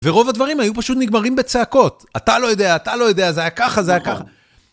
ורוב הדברים היו פשוט נגמרים בצעקות. אתה לא יודע, אתה לא יודע, זה היה ככה, זה היה ככה.